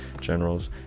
generals